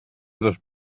dos